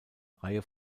reihe